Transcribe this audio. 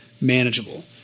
manageable